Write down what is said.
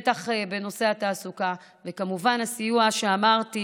ובטח בנושא התעסוקה, וכמובן, הסיוע שאמרתי